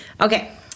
okay